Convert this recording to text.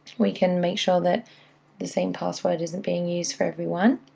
we can make sure that the same password isn't being used for everyone.